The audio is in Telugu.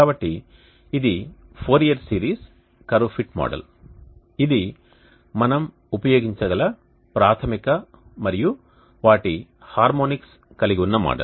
కాబట్టి ఇది Fourier series curve fit model ఇది మనం ఉపయోగించగల ప్రాథమిక మరియు వాటి హార్మోనిక్స్ కలిస్ ఉన్న మోడల్